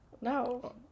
No